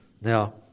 Now